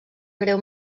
greu